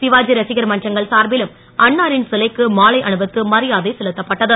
சிவாஜி ரசிகர் மன்றங்கள் சார்பிலும் அன்னாரின் சிலைக்கு மாலை அணிவித்து மரியாதை செலுத்தப்பட்டது